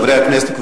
חברי הכנסת,